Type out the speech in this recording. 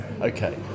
okay